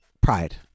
pride